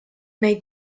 nei